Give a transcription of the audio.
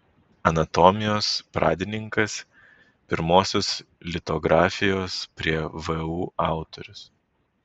anatomijos pradininkas pirmosios litografijos prie vu autorius